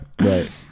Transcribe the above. right